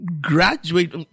graduate